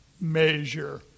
measure